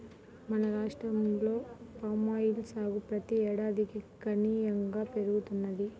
మన రాష్ట్రంలో పామాయిల్ సాగు ప్రతి ఏడాదికి గణనీయంగా పెరుగుతున్నది